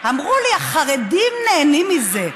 אמרו לי: החרדים נהנים מזה.